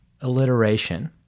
alliteration